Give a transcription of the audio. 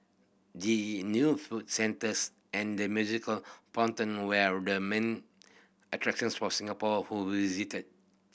the new food centres and the musical fountain where the main attractions for Singapore who visited